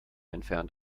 entfernt